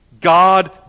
God